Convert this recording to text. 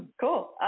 cool